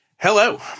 Hello